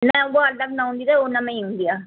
न उहो अलॻि में न हूंदी अथव उनमें ई ईंदी आहे